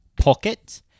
pocket